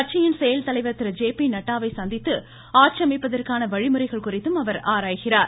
கட்சியின் செயல்தலைவர் திரு ஜே பி நட்டாவை சந்தித்து ஆட்சி அமைப்பதற்கான வழிமுறைகள் குறித்தும் அவர் ஆராய்கிறார்